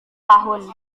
tahun